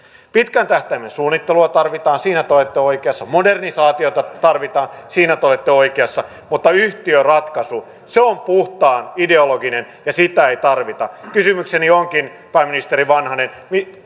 pitkän tähtäimen suunnittelua tarvitaan siinä te olette oikeassa modernisaatiota tarvitaan siinä te olette oikeassa mutta yhtiöratkaisu se on puhtaan ideologinen ja sitä ei tarvita kysymykseni onkin pääministeri vanhanen